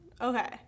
Okay